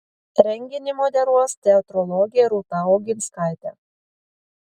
renginį moderuos teatrologė rūta oginskaitė